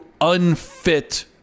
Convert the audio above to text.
unfit